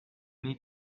need